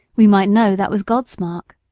we might know that was god's mark.